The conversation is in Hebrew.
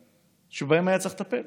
שבהן היה צריך לטפל: